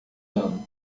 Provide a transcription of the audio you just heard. ano